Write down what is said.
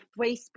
Facebook